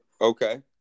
Okay